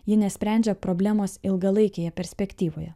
ji nesprendžia problemos ilgalaikėje perspektyvoje